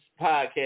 podcast